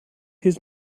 his